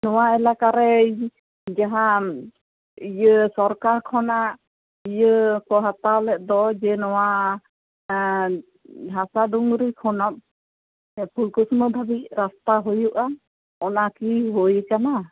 ᱱᱚᱶᱟ ᱮᱞᱟᱠᱟᱨᱮ ᱡᱟᱦᱟᱸ ᱤᱭᱟᱹ ᱥᱚᱨᱠᱟᱨ ᱠᱷᱚᱱᱟᱜ ᱤᱭᱟᱹ ᱠᱚ ᱦᱟᱛᱟᱣ ᱞᱮᱫ ᱫᱚ ᱡᱮ ᱱᱚᱶᱟ ᱦᱟᱥᱟ ᱰᱩᱝᱨᱤ ᱠᱷᱚᱱᱟᱜ ᱯᱷᱩᱞᱠᱩᱥᱢᱟᱹ ᱫᱷᱟᱹᱵᱤᱡ ᱨᱟᱥᱛᱟ ᱦᱳᱭᱳᱜᱼᱟ ᱚᱱᱟ ᱠᱤ ᱦᱳᱭ ᱟᱠᱟᱱᱟ